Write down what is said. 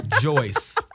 Joyce